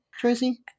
Tracy